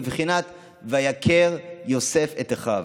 בבחינת "ויכר יוסף את אחיו".